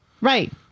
Right